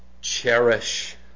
cherish